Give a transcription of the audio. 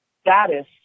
status